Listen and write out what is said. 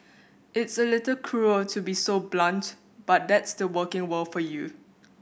it's a little cruel to be so blunt but that's the working world for you